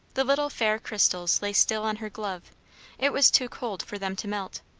the little fair crystals lay still on her glove it was too cold for them to melt.